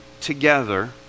together